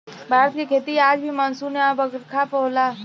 भारत के खेती आज भी मानसून आ बरखा पर होला